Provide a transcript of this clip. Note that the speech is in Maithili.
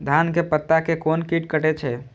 धान के पत्ता के कोन कीट कटे छे?